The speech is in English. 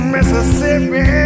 Mississippi